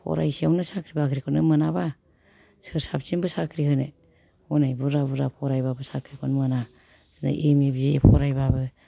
फरायसेयावनो साख्रि बाख्रिखौनो मोनाबा सोर साबसेनोबो साख्रि होनो हनै बुरजा बुरजा फरायबाबो साख्रिखौनो मोना दिनै एम ए बिए फरायबाबो